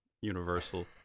universal